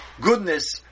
goodness